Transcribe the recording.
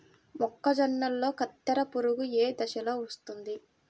మొక్కజొన్నలో కత్తెర పురుగు ఏ దశలో వస్తుంది?